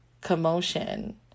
commotion